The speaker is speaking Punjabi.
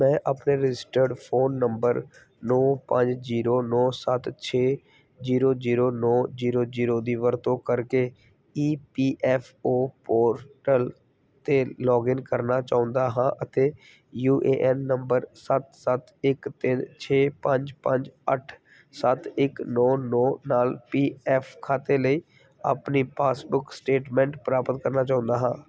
ਮੈਂ ਆਪਣੇ ਰਜਿਸਟਰਡ ਫ਼ੋਨ ਨੰਬਰ ਨੌਂ ਪੰਜ ਜੀਰੋ ਨੌਂ ਸੱਤ ਛੇ ਜੀਰੋ ਜੀਰੋ ਨੌਂ ਜੀਰੋ ਜੀਰੋ ਦੀ ਵਰਤੋਂ ਕਰਕੇ E P F O portal 'ਤੇ ਲੌਗਇਨ ਕਰਨਾ ਚਾਹੁੰਦਾ ਹਾਂ ਅਤੇ ਯੂ ਏ ਐਨ ਨੰਬਰ ਸੱਤ ਸੱਤ ਇੱਕ ਤਿੰਨ ਛੇ ਪੰਜ ਪੰਜ ਅੱਠ ਸੱਤ ਇੱਕ ਨੌਂ ਨੌਂ ਨਾਲ ਪੀ ਐਫ ਖਾਤੇ ਲਈ ਆਪਣੀ ਪਾਸਬੁੱਕ ਸਟੇਟਮੈਂਟ ਪ੍ਰਾਪਤ ਕਰਨਾ ਚਾਹੁੰਦਾ ਹਾਂ